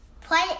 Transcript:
play